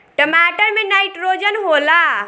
टमाटर मे नाइट्रोजन होला?